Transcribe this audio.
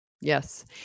Yes